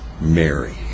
Mary